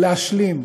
להשלים